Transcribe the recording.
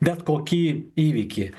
bet kokį įvykį